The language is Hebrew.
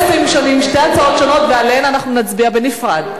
ועליהן נצביע בנפרד.